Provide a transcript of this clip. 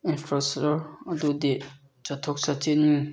infrastructure ꯑꯗꯨꯗꯤ ꯆꯠꯊꯣꯛ ꯆꯠꯁꯤꯟ